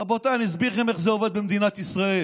רבותיי, אני אסביר לכם איך זה עובד במדינת ישראל,